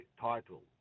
title